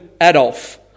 Adolf